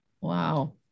Wow